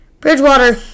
Bridgewater